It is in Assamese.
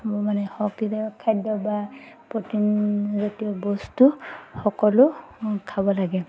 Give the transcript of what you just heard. এইবোৰ মানে শক্তিদায়ক খাদ্য বা প্ৰটিনজাতীয় বস্তু সকলো খাব লাগে